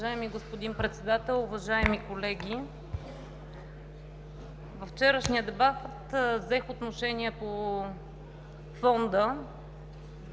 Уважаеми господин Председател, уважаеми колеги! Във вчерашния дебат взех отношение по фонда,